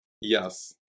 yes